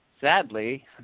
sadly